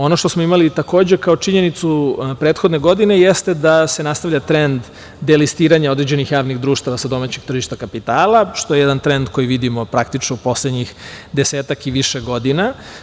Ono što smo imali takođe kao činjenicu prethodne godine jeste da se nastavlja trend delistiranja određenih javnih društava sa domaćeg tržišta kapitala, što je jedan trend koji vidimo praktično u poslednjih desetak i više godina.